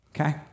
Okay